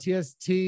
TST